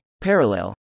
parallel